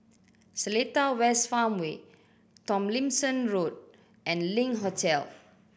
Seletar West Farmway Tomlinson Road and Link Hotel